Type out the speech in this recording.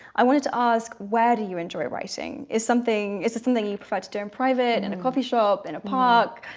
i wanted to ask where do you enjoy writing is something is there something you prefer to do in private in a coffee shop in a park?